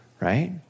right